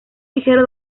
ligero